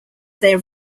their